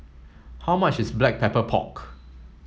how much is black pepper pork